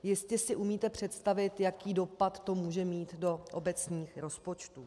Jistě si umíte představit, jaký dopad to může mít do obecních rozpočtů.